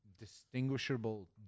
distinguishable